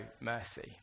mercy